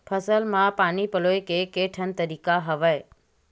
फसल म पानी पलोय के केठन तरीका हवय?